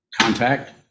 Contact